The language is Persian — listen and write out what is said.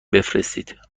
بفرستید